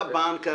לבנק.